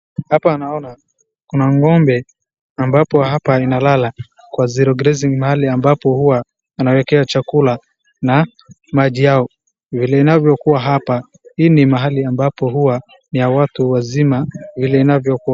Hapa naona kuna ng'ombe, ambapo hapa inalala kwa zero grazing mahali ambapo huwa anawekea chakula na maji yao, vile inavyokuwa hapa hii ni mahali ambapo huwa ni ya watu wazima vile inavyokuwa.